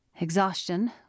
Exhaustion